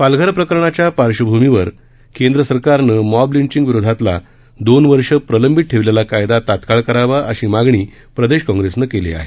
पालघर प्रकरणाच्या पार्श्वभूमीवर केंद्र सरकारनं मॉब लिंचिंग विरोधातला दोन वर्षे प्रलंबित ठेवलेला कायदा तात्काळ करावा अशी मागणी प्रदेश काँग्रेसनं केली आहे